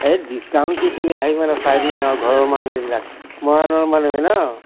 এই ডিচকাউণ্ট কি তুমি আহিবানা চাই দিম আৰু ঘৰৰ মানুহ এইবিলাক মৰাণৰ মানুহেই ন